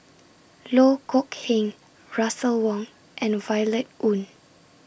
Loh Kok Heng Russel Wong and Violet Oon